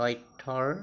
তথ্যৰ